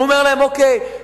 הוא אומר להם: אוקיי,